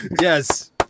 Yes